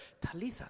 Talitha